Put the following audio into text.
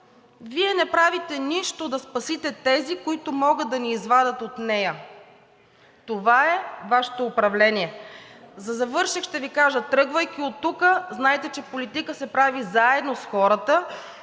Вие не правите нищо да спасите тези, които могат да ни извадят от нея. Това е Вашето управление. Завършвайки, ще Ви кажа: тръгвайки си оттук, знайте, че политика се прави заедно с хората,